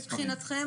מבחינתכם,